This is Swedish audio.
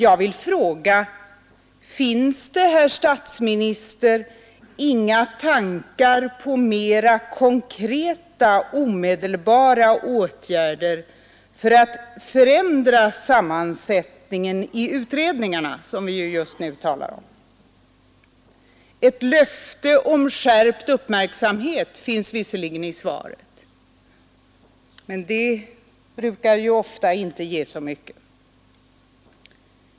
Jag vill fråga: Finns det, herr statsminister, inga tankar på mera konkreta, omedelbara åtgärder för att löfte om skärpt uppmärksamhet finns visserligen i svaret, men sådant brukar ju inte ge så mycket av konkret utdelning.